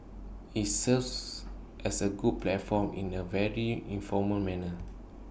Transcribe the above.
IT serves as A good platform in A very informal manner